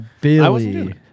Billy